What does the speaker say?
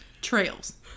trails